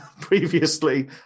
Previously